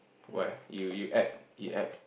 why you you add you add